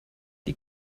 die